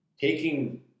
Taking